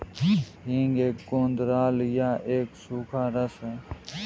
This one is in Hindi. हींग एक गोंद राल या एक सूखा रस है